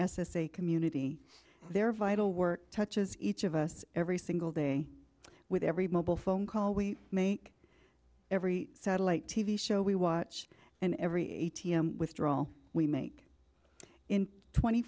a community their vital work touches each of us every single day with every mobile phone call we make every satellite t v show we watch and every a t m withdrawal we make in tw